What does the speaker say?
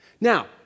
Now